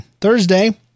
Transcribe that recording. Thursday